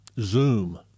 Zoom